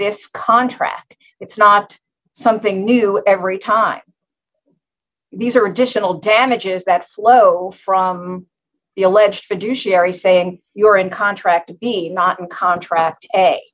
this contract it's not something new every time these are additional damages that flow from the alleged you sherry saying you're in contract to be not in contract